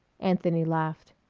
anthony laughed.